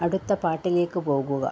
അടുത്ത പാട്ടിലേക്ക് പോകുക